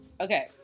Okay